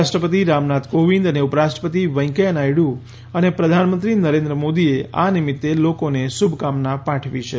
રાષ્ટ્રપતિ રામનાથ કોવિંદ અને ઉપરાષ્ટ્રપતિ વૈકૈયા નાયડુ અને પ્રધાનમંત્રી નરેન્દ્ર મોદીએ આ નિમિત્તે લોકોને શુભકામનાં પાઠવી છે